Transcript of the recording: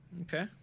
Okay